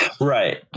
Right